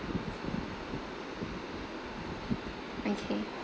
okay